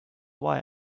why